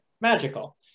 magical